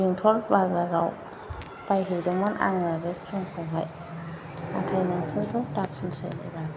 बेंथल बाजाराव बायहैदोंमोन आङो बे क्रिमखौहाय नाथाय नोंसोरबो दा फुनसै एबार